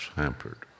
hampered